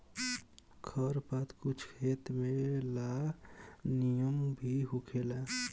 खर पात कुछ खेत में ला निमन भी होखेला